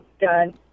done